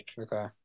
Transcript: Okay